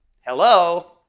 hello